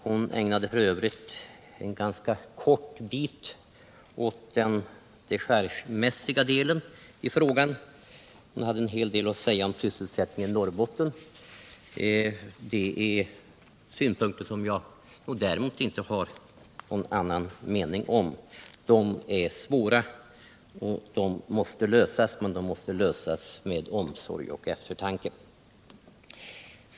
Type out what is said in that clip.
Hon ägnade f. ö. ganska kort tid åt den dechargemässiga delen av frågan men hon hade en hel del att säga om sysselsättningen i Norrbotten. Beträffande de synpunkterna har jag ingen annan mening än Kerstin Nilsson. Problemen är svåra och måste lösas, men de måste lösas med omsorg och eftertanke.